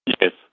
Yes